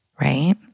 right